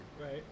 right